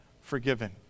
forgiven